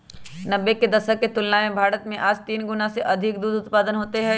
नब्बे के दशक के तुलना में भारत में आज तीन गुणा से अधिक दूध उत्पादन होते हई